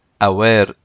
aware